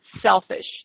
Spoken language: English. selfish